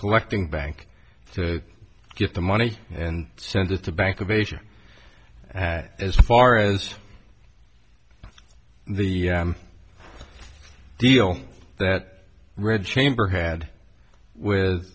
collecting bank to get the money and send it to bank of asia as far as the deal that red chamber had with